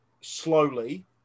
slowly